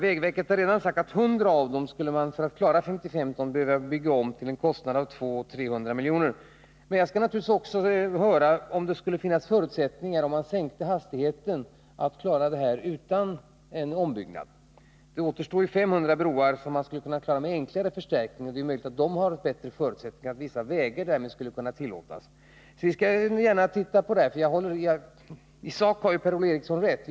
Vägverket har redan sagt att en ombyggnad av 100 av dem till 55 tons bärkraft skulle kosta 200-300 milj.kr. Men jag skall naturligtvis höra efter, om det finns förutsättningar att sänka hastigheten, så att problemet klaras utan ombyggnad. Då återstår ju 500 broar, som skulle kunna klaras genom en enklare förstärkning. Det är möjligt att de har bättre förutsättningar, så att en högre vikt skulle kunna tillåtas i vissa fall. Jag skall gärna se på detta, för i sak har Per-Ola Eriksson rätt.